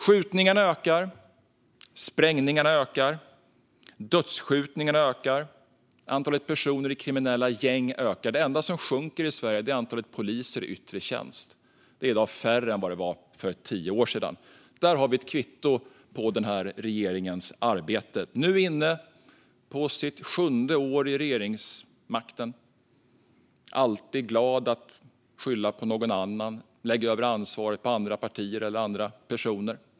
Skjutningarna ökar, sprängningarna ökar, dödsskjutningarna ökar, antalet personer i kriminella gäng ökar. Det enda som sjunker i Sverige är antalet poliser i yttre tjänst. De är i dag färre än de var för tio år sedan. Där har vi ett kvitto på den här regeringens arbete. Nu är man inne på sitt sjunde år vid regeringsmakten. Regeringen är alltid glad att skylla på någon annan och lägga över ansvaret på andra partier eller personer.